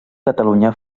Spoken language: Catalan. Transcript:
catalunya